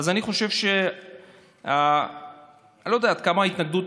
אני לא יודע עד כמה,